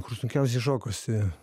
kur sunkiausiai šokasi